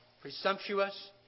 presumptuous